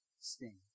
sting